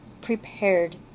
prepared